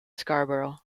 scarborough